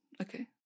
Okay